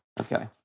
Okay